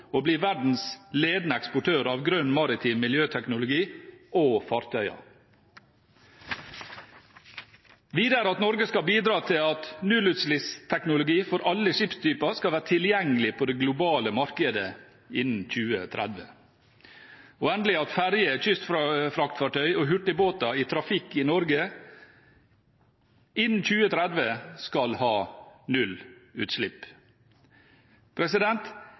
verdens ledende eksportør av grønn maritim miljøteknologi og fartøyer, videre at Norge skal bidra til at nullutslippsteknologi for alle skipstyper skal være tilgjengelig på det globale markedet innen 2030, og endelig at ferger, kystfraktfartøy og hurtigbåter i trafikk i Norge innen 2030 skal ha nullutslipp.